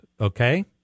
Okay